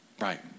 Right